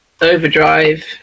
Overdrive